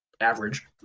average